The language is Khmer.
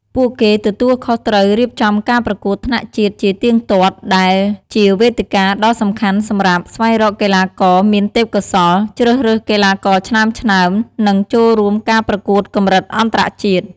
ពួកគេទទួលខុសត្រូវរៀបចំការប្រកួតថ្នាក់ជាតិជាទៀងទាត់ ដែលជាវេទិកាដ៏សំខាន់សម្រាប់ ស្វែងរកកីឡាករមានទេពកោសល្យ ជ្រើសរើសកីឡាករឆ្នើមៗ និងចូលរួមការប្រកួតកម្រិតអន្តរជាតិ។